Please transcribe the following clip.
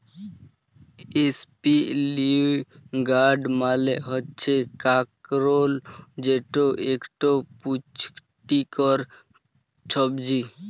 ইসপিলই গাড় মালে হচ্যে কাঁকরোল যেট একট পুচটিকর ছবজি